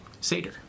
Seder